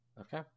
Okay